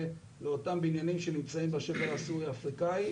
לאותם בניינים שנמצאים בשבר הסורי-אפריקני,